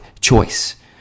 choice